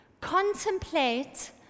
contemplate